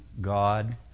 God